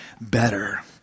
better